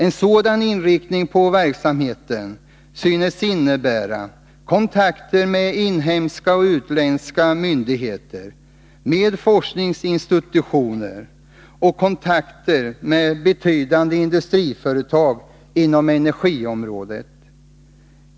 En sådan inriktning på verksamheten synes innebära kontakter med inhemska och utländska myndigheter, med forsk ningsinstitutioner och med betydande industriföretag inom energiområdet.